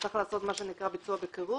צריך לעשות מה שנקרא "ביצוע בקירוב",